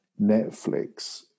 Netflix